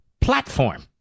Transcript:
platform